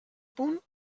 punt